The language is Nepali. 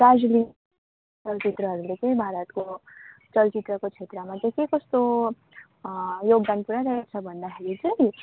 दार्जिलिङ चलचित्रहरूले चाहि भारतको चलचित्रको क्षेत्रमा चाहिँ के कस्तो योगदान पुऱ्याइराहेको छ भन्दाखेरि चाहिँ